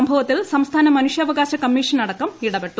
സംഭവത്തിൽ സംസ്ഥാന മനുഷ്യാവകാശ കമ്മീഷനടക്കം ഇടപെട്ടു